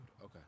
Okay